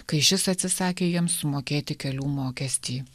kai šis atsisakė jiems sumokėti kelių mokestį